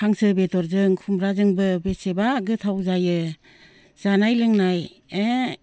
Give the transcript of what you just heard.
हांसो बेदरजों खुमब्राजोंबो बेसेबा गोथाव जायो जानाय लोंनाय ए